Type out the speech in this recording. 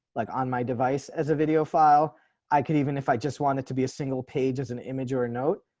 like on my device as a video file i could even if i just want it to be a single page as an image or note,